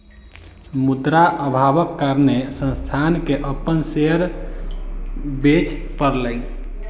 मुद्रा अभावक कारणेँ संस्थान के अपन शेयर बेच पड़लै